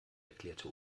erklärte